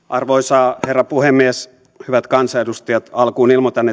arvoisa herra puhemies hyvät kansanedustajat alkuun ilmoitan